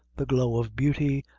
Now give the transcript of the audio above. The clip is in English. the glow of beauty,